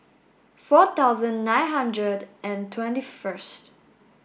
four thousand nine hundred and twenty first